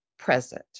present